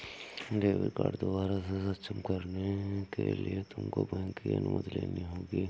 debit card दोबारा से सक्षम कराने के लिए तुमको बैंक की अनुमति लेनी होगी